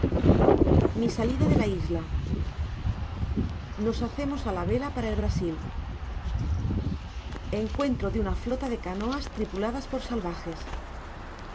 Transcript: mi salida de la isla nos hacemos a la velaparael brasil encuentro de una flota de canoas tripuladas por salvajes